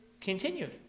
continued